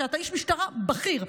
שאתה איש משטרה בכיר,